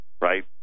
right